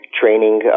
training